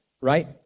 right